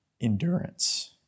endurance